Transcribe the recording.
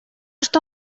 что